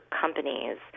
companies